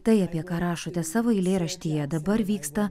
tai apie ką rašote savo eilėraštyje dabar vyksta